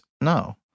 No